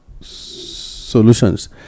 solutions